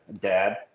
dad